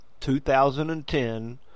2010